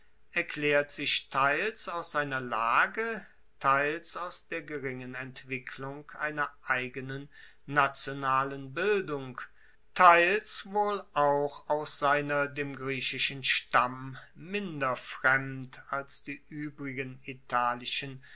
erklaert sich teils aus seiner lage teils aus der geringen entwicklung einer eigenen nationalen bildung teils wohl auch aus seiner dem griechischen stamm minder fremd als die uebrigen italischen